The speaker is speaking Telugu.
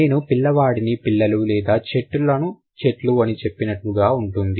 నేను పిల్లవాడిని పిల్లలు లేదా చెట్టును చెట్లు అని చెప్పినట్లుగా ఉంటుంది